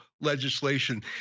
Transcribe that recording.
legislation